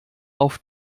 auf